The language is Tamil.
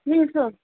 நீங்கள் சொ